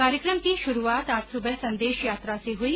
कार्यक्रम की शुरूआत आज सुबह संदेश यात्रा से हुई